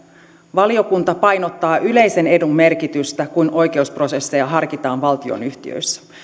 valiokunta painottaa yleisen edun merkitystä kun oikeusprosesseja harkitaan valtionyhtiöissä